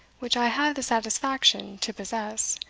which i have the satisfaction to possess,